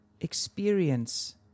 experience